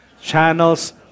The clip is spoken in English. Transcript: Channels